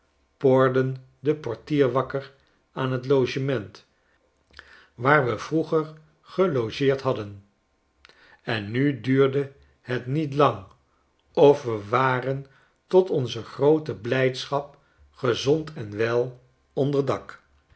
porden den portier wakker aan t logement waar we vroeger gelogeerd hadden en nu duurde het niet lang of we waren tot onze groote blijdschap gezond en wel onder